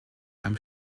einem